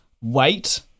Wait